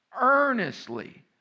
earnestly